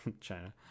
China